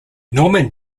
norman